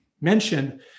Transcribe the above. mentioned